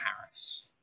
Harris